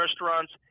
restaurants